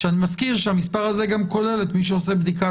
אני מזכיר שהמספר הזה גם כולל את מי שעושה בדיקת